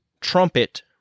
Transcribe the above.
trumpet